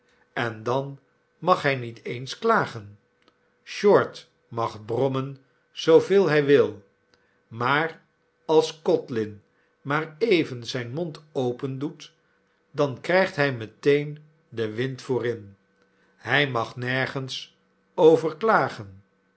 en dan mag hij n et eens klagen short mag brommen zooveel hij wil maar als codlin maar even zijn mond opendoet dan krijgthij meteen den wind voorin hij mag nergens over